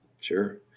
Sure